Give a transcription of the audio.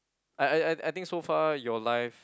I I I think so far your life